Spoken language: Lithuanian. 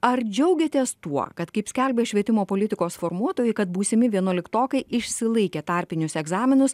ar džiaugiatės tuo kad kaip skelbia švietimo politikos formuotojai kad būsimi vienuoliktokai išsilaikė tarpinius egzaminus